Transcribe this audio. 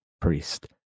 priest